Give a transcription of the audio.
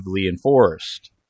enforced